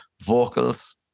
vocals